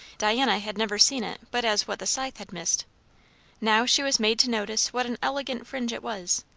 diana had never seen it but as what the scythe had missed now she was made to notice what an elegant fringe it was,